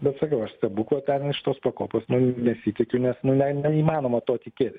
bet sakau aš stebuklo ten iš tos pakopos ne nesitikiu nes man ne neįmanoma tuo tikėti